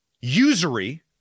usury